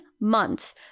months